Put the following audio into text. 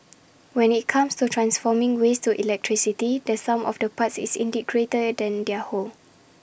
when IT comes to transforming waste to electricity the sum of the parts is indeed greater than their whole